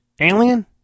Alien